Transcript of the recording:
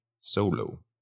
solo